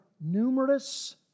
numerous